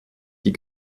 die